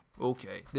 okay